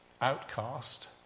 outcast